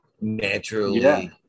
naturally